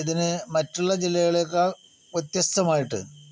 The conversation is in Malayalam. ഇതിന് മറ്റുള്ള ജില്ലകളെക്കാൾ വ്യത്യസ്തമായിട്ട്